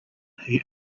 who